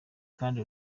kandi